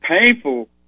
painful